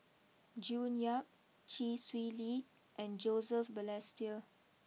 June Yap Chee Swee Lee and Joseph Balestier